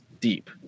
deep